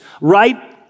right